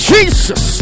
Jesus